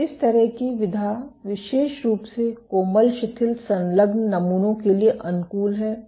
तो इस तरह की विधा विशेष रूप से कोमल शिथिल संलग्न नमूनों के लिए अनुकूल है